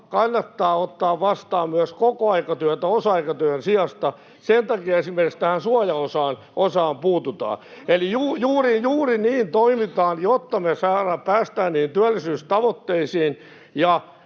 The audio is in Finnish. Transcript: kannattaa ottaa vastaan myös kokoaikatyötä osa-aikatyön sijasta. Sen takia esimerkiksi tähän suojaosaan puututaan. Eli juuri niin toimitaan, jotta me päästään niihin työllisyystavoitteisiin,